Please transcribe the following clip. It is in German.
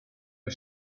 ich